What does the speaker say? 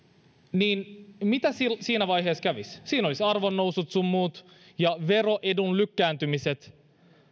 niin niin mitä siinä vaiheessa kävisi siinä olisivat arvonnousut sun muut ja veroedun lykkääntymiset